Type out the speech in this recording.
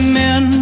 men